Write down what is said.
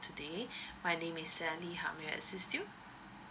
today my name is sally how may I assist you